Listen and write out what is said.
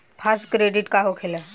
Fast credit का होखेला?